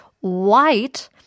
White